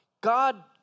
God